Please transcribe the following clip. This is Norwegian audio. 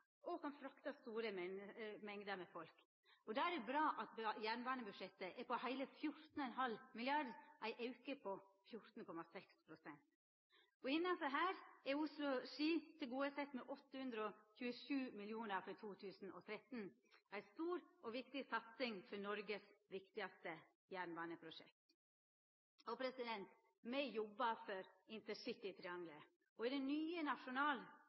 og kan frakta store mengder med folk. Da er det bra at jernbanebudsjettet er på heile 14,5 mrd. kr, ein auke på 14,6 pst. Innanfor det er Oslo–Ski tilgodesett med 827 mill. kr for 2013, ei stor og viktig satsing for Noregs viktigaste jernbaneprosjekt. Me jobbar for intercitytriangelet, og i ny Nasjonal transportplan skal me leggja fram planane for det